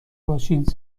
باشید